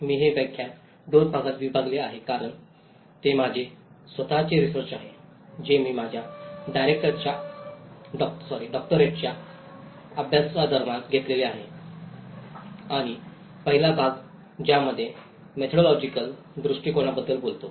मी हे व्याख्यान दोन भागात विभागले आहे कारण ते माझे स्वतःचे रिसर्च आहे जे मी माझ्या डॉक्टरेटच्या अभ्यासा दरम्यान घेतलेले आहे आणि पहिला भाग ज्यामध्ये मेथोडोलॉजिकल दृष्टिकोनाबद्दल बोलतो